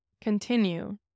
continue